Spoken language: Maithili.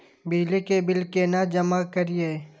बिजली के बिल केना जमा करिए?